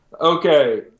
okay